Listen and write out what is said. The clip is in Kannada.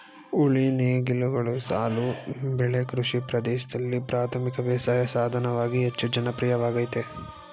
ಉಳಿ ನೇಗಿಲುಗಳು ಸಾಲು ಬೆಳೆ ಕೃಷಿ ಪ್ರದೇಶ್ದಲ್ಲಿ ಪ್ರಾಥಮಿಕ ಬೇಸಾಯ ಸಾಧನವಾಗಿ ಹೆಚ್ಚು ಜನಪ್ರಿಯವಾಗಯ್ತೆ